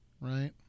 right